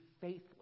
faithless